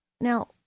Now